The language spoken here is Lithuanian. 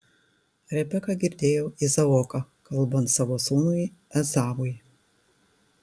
rebeka girdėjo izaoką kalbant savo sūnui ezavui